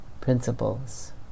principles